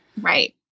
Right